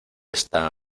esta